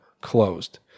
closed